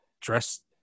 dressed